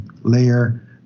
layer